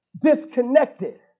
disconnected